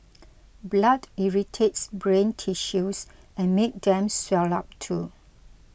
blood irritates brain tissues and make them swell up too